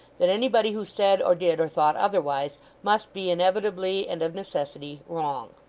that anybody who said or did or thought otherwise must be inevitably and of necessity wrong.